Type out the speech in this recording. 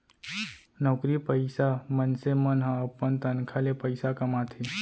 नउकरी पइसा मनसे मन ह अपन तनखा ले पइसा कमाथे